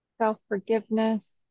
Self-forgiveness